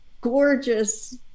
gorgeous